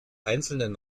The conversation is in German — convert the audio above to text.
einzelnen